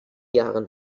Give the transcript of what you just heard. jahren